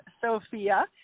Sophia